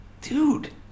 dude